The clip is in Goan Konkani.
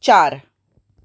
चार